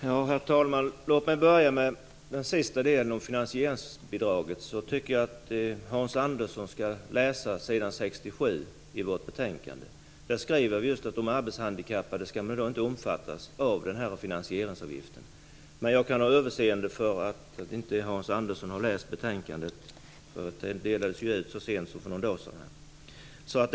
Herr talman! Låt mig börja med den sista delen om finansieringsbidraget. Jag tycker att Hans Andersson skall läsa s. 67 i vårt betänkande. Där skriver vi just att de arbetshandikappade inte skall omfattas av den här finansieringsavgiften. Jag kan ha överseende med att Hans Andersson inte har läst betänkande. Det delades ju ut så sent som för någon dag sedan.